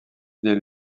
des